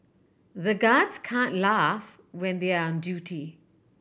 the guards can't laugh when they are on duty